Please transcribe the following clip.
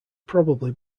probably